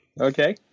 Okay